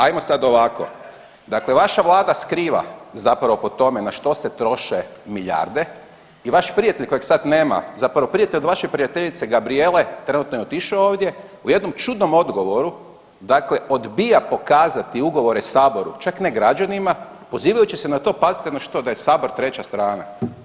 Ajmo sad ovako, dakle vaša Vlada skriva zapravo po tome na što se troše milijarde i vaš prijatelj kojeg sad nema zapravo prijatelj od vaše prijateljice Gabrijele, trenutno je otišao ovdje, u jednom čudnom odgovoru dakle odbija pokazati ugovore saboru, čak ne građanima, pozivajući se na to pazite na što, da je sabor treća strana.